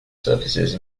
surfaces